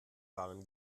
waren